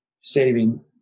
saving